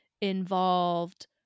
involved